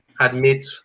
admit